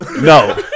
No